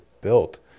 built